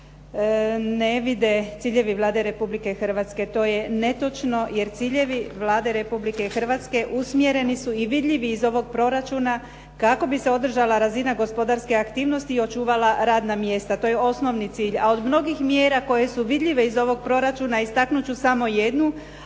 ne vide ciljevi Vlade Republike Hrvatske. To je netočno jer ciljevi Vlade Republike Hrvatske usmjereni su i vidljivi iz ovog proračuna kako bi se održala razina gospodarske aktivnosti i očuvala radna mjesta. To je osnovni cilj. A od mnogih mjera koje su vidljive iz ovog proračuna, istaknuti ću samo jednu,